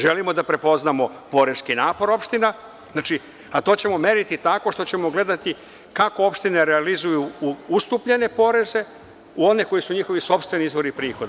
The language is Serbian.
Želimo da prepoznamo poreski napor opština, a to ćemo meriti tako što ćemo gledati kako opštine realizuju ustupljene poreze u one koji su njihovi sopstveni izvori prihoda.